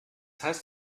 heißt